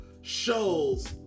shows